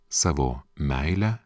savo meile